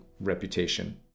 reputation